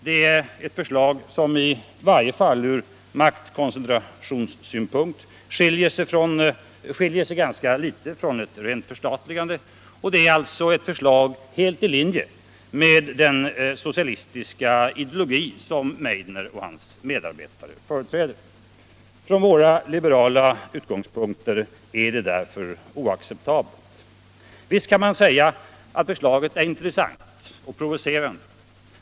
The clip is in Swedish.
Det är ett förslag som, i varje fall från maktkoncentrationssynpunkt, skiljer sig ganska litet från ett rent förstatligande. Det är ett förslag helt i linje med den socialistiska ideologi som Meidner och hans medarbetare företräder. Från våra liberala utgångspunkter är det därför oacceptabelt. Visst kan man säga att förslaget är intressant och provocerande.